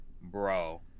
bro